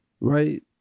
right